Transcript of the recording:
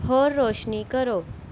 ਹੋਰ ਰੋਸ਼ਨੀ ਕਰੋ